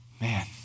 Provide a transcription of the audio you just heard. man